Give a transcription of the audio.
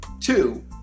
Two